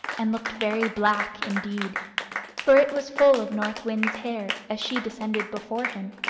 and looked very black indeed for it was full of north wind's hair, as she descended before him.